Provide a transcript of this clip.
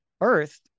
Earth